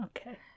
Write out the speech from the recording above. okay